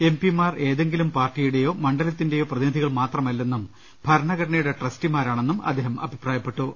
M പിമാർ ഏതെ ങ്കിലും പാർട്ടിയുടേയോ മണ്ഡലത്തിന്റെയോ പ്രതിനിധികൾ മാത്രമല്ലെന്നും ഭരണഘടനയുടെ ട്രസ്റ്റിമാരാണെന്നും അദ്ദേഹം അഭിപ്രായപ്പെട്ടു